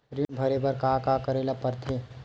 ऋण भरे बर का का करे ला परथे?